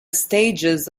stages